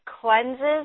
cleanses